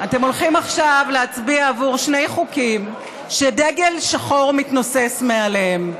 אתם הולכים עכשיו להצביע עבור שני חוקים שדגל שחור מתנוסס מעליהם: